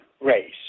race